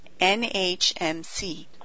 NHMC